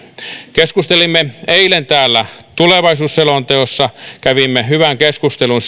keskustelimme eilen täällä tulevaisuusselonteosta kävimme hyvän keskustelun